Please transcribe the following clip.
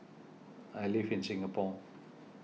I live in Singapore